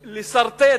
לסרטט,